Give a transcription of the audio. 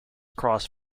cross